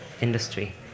industry